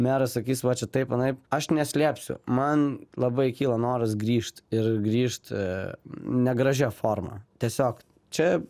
meras sakys va čia taip anaip aš neslėpsiu man labai kyla noras grįžt ir grįžt negražia forma tiesiog čia